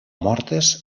mortes